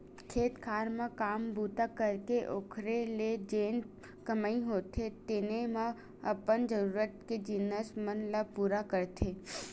खेत खार म काम बूता करके ओखरे ले जेन कमई होथे तेने म अपन जरुरत के जिनिस मन ल पुरा करथे